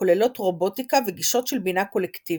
כוללות רובוטיקה וגישות של בינה קולקטיבית,